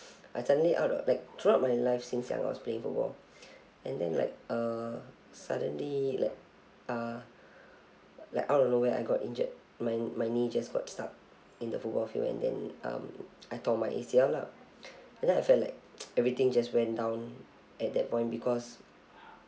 I suddenly out of like throughout my life since young I was playing football and then like uh suddenly like uh like out of nowhere I got injured my kn~ my knee just got stuck in the football field and then um I tore my A_C_L lah and then I feel like everything just went down at that point because